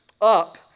up